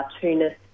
cartoonist